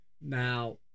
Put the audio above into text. Now